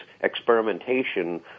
experimentation